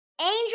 Angel